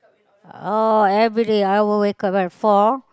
oh everyday I will wake up at four